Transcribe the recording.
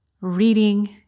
reading